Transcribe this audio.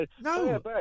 No